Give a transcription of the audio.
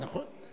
אליטה, נכון.